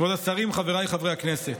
כבוד השרים, חבריי חברי הכנסת,